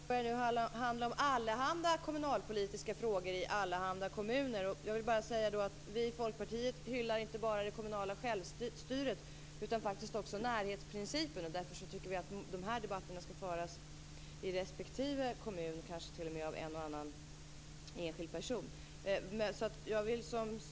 Fru talman! Den här debatten börjar handla om allehanda kommunalpolitiska frågor i allehanda kommuner. Jag vill bara säga att vi i Folkpartiet inte bara hyllar det kommunala självstyret utan faktiskt också närhetsprincipen. Därför tycker vi att de här debatterna skall föras i respektive kommun, kanske t.o.m. av en och annan enskild person.